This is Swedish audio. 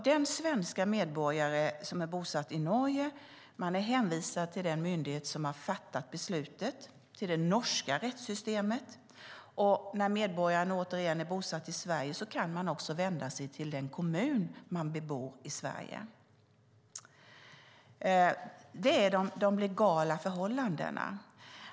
Den svenska medborgare som är bosatt i Norge är hänvisad till den myndighet som har fattat beslutet, till det norska rättssystemet. När medborgaren åter är bosatt i Sverige kan denne också vända sig till den kommun där man bor i Sverige. Det är de legala förhållandena.